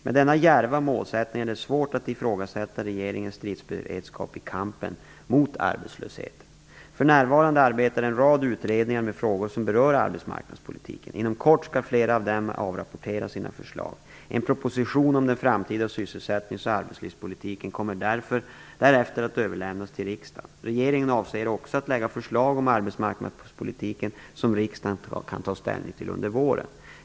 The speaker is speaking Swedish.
Med denna djärva målsättning är det svårt att ifrågasätta regeringens stridsberedskap i kampen mot arbetslösheten. För närvarande arbetar en rad utredningar med frågor som berör arbetsmarknadspolitiken. Inom kort skall flera av dem avrapportera sina förslag. En proposition om den framtida sysselsättnings och arbetslivspolitiken kommer därefter att överlämnas till riksdagen. Regeringen avser också att lägga förslag om arbetsmarknadspolitiken som riksdagen kan ta ställning till under våren.